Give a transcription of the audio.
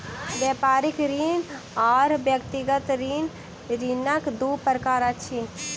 व्यापारिक ऋण आर व्यक्तिगत ऋण, ऋणक दू प्रकार अछि